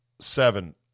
seven